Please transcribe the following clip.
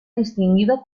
distinguido